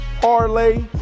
Parlay